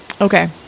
Okay